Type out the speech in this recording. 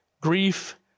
Grief